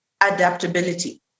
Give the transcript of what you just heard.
Adaptability